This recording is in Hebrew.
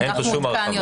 אין פה שום הרחבה.